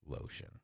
lotion